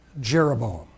Jeroboam